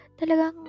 talagang